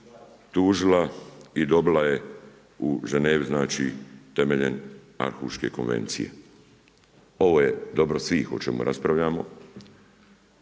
tužila i dobila je u Ženevi znači temeljem Arhuške konvencije. Ovo je dobro svih o čemu raspravljamo.